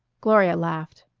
gloria laughed.